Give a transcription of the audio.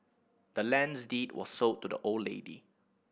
the land's deed was sold to the old lady